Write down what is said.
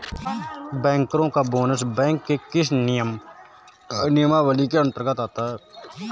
बैंकरों का bonus bank के किस नियमावली के अंतर्गत आता है?